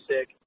sick